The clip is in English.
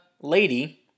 lady